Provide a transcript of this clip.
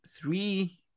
three